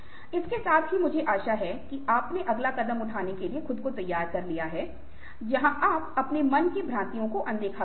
इसके साथ ही मुझे आशा है कि आपने अगला कदम उठाने के लिए खुद को तैयार कर लिया है जहाँ आप अपने मन की भ्रांतियों को अनदेखा करेंगे